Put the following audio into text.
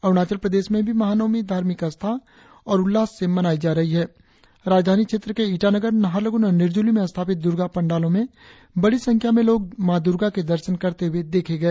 अरुणाचल प्रदेश में भी महानवमी धार्मिक आस्था और उल्लास से मनायी जा रही है राजधानी क्षेत्र के ईटानगर नाहरलगुन और निरज़ुली में स्थापित दुर्गा पंडालों में बड़ी संख्या में लोग माँ द्रर्गा के दर्शन करते हुए देखे गए